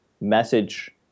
message